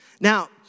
Now